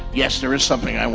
yes, there is something.